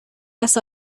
las